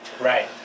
Right